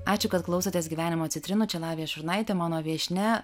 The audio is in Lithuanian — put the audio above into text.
ačiū kad klausotės gyvenimo citrinų čia lavija šurnaitė mano viešnia